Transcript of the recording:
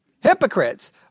hypocrites